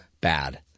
bad